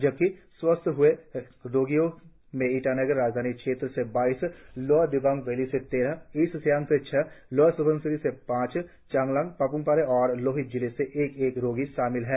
जबकि स्वस्थ हुए रोगियों में ईटानगर राजधानी क्षेत्र से बाईस लोअर दिबांग वैली से तेरह ईस्ट सियांग से छह लोअर स्बनसिरी से पांच चांगलांग पाप्मपारे और लोहित जिले से एक एक रोगी शामिल हैं